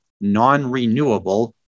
non-renewable